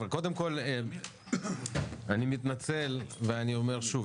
קודם כל אני מתנצל ואני אומר שוב,